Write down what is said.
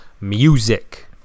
music